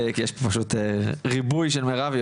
יש פה פשוט ריבוי של מירב.